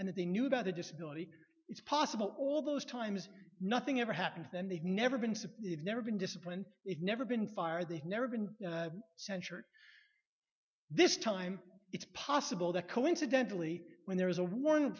and that they knew about the disability it's possible all those times nothing ever happened to them they've never been subpoenaed never been disciplined it's never been fired they've never been censured this time it's possible that coincidentally when there was a one